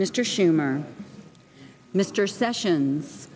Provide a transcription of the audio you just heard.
mr schumer mr sessions